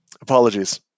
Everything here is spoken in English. Apologies